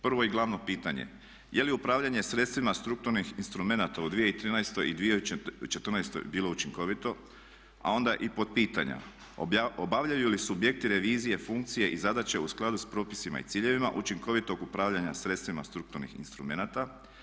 Prvo i glavno pitanje je li upravljanje sredstvima strukturnih instrumenata u 2013. i 2014. bilo učinkovito, a onda i potpitanja obavljaju li subjekti revizije funkcije i zadaće u skladu s propisima i ciljevima učinkovito upravljanja sredstvima strukturnih instrumenata.